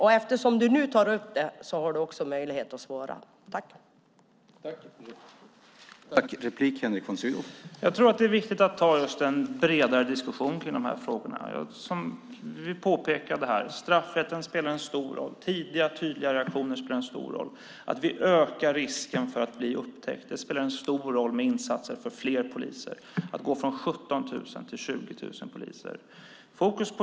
Eftersom Henrik von Sydow nu tar upp detta har han också möjlighet att svara på detta.